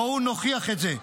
בואו נוכיח את זה.